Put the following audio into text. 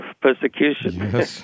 persecution